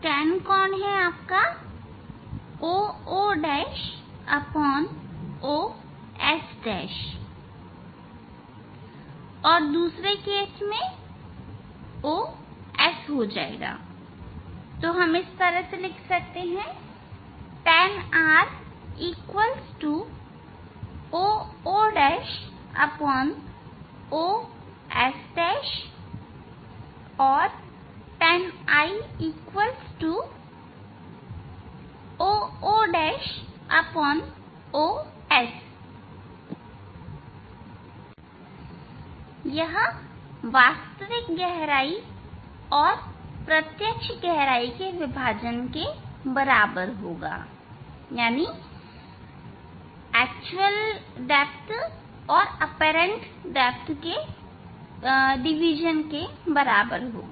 tan है OO'OS' और दूसरे मामले O S है इसलिए tan r OO' OS' और tan i OO' OS यह वास्तविक गहराई और प्रत्यक्ष गहराई के विभाजन के बराबर होगा